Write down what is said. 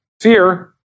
Fear